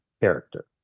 character